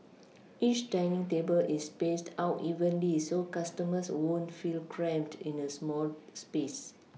each dining table is spaced out evenly so customers won't feel cramped in a small space